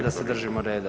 da se držimo reda.